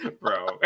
bro